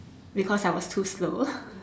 because I was too slow